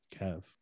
Kev